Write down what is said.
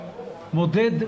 מודד,